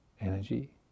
energy